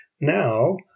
now